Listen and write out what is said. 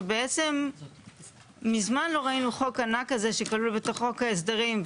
שבעצם מזמן לא ראינו חוק ענק כזה שכלול בתוך חוק ההסדרים.